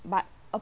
but of